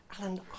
Alan